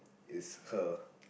is her